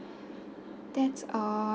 that's all